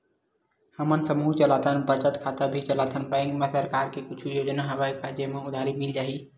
हमन समूह चलाथन बचत खाता भी चलाथन बैंक मा सरकार के कुछ योजना हवय का जेमा उधारी मिल जाय?